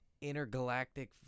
intergalactic